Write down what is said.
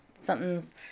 something's